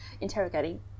interrogating